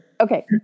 Okay